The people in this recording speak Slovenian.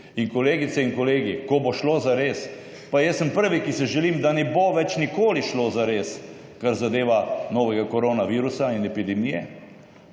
In kolegice in kolegi, ko bo šlo zares, pa jaz sem prvi, ki si želim, da ne bo več nikoli šlo zares, kar zadeva novega koronavirusa in epidemije.